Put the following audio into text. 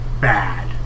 bad